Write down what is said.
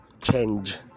change